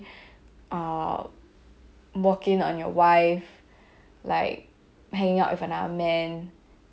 uh walk in on your wife like hanging out with an another man